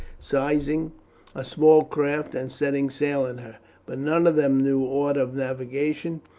seizing a small craft, and setting sail in her but none of them knew aught of navigation,